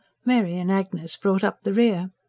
mary and agnes brought up the rear.